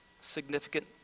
significant